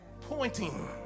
pointing